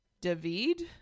David